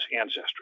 ancestry